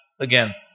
again